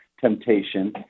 temptation